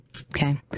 okay